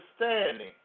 understanding